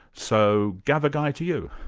so gavagai to you.